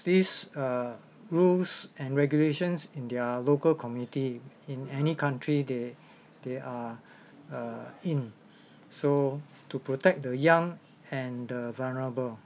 these uh rules and regulations in their local community in any country they they are uh in so to protect the young and the vulnerable